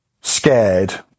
scared